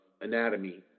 anatomy